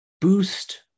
boost